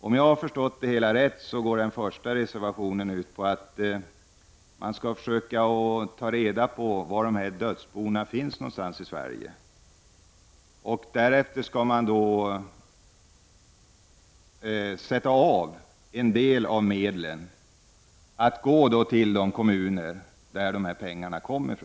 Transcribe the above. Om jag har förstått det hela rätt går den första reservationen ut på att man skall ta reda på var i Sverige de dödsbon vilkas kvarlåtenskap går till allmänna arvsfonden finns. Därefter skall en del av medlen ges till de kommuner varifrån pengarna kommer.